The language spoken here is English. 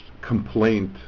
complaint